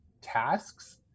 tasks